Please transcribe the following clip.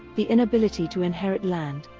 the inability to inherit land,